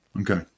Okay